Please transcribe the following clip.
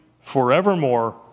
forevermore